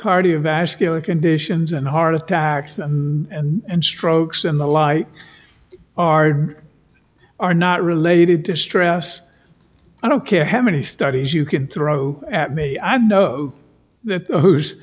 cardiovascular conditions and heart attacks and strokes and the like are are not related to stress i don't care how many studies you can throw at me i know that whose